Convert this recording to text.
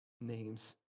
name's